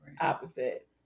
opposite